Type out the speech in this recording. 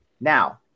Now